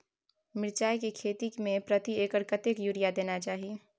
मिर्चाय के खेती में प्रति एकर कतेक यूरिया देना चाही?